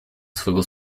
swego